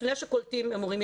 לפני שקולטים מורים,